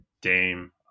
Dame